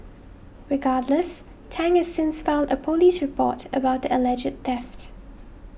regardless Tang has since filed a police report about the alleged theft